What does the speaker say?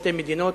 שתי מדינות,